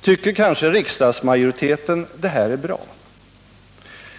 Tycker kanske riksdagsmajoriteten det här är bra?